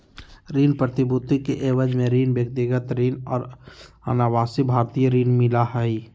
ऋण प्रतिभूति के एवज में ऋण, व्यक्तिगत ऋण और अनिवासी भारतीय ऋण मिला हइ